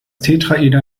tetraeder